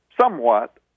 somewhat